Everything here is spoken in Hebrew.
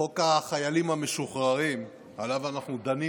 חוק החיילים המשוחררים שעליו אנחנו דנים